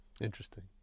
interesting